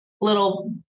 little